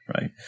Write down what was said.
right